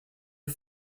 eux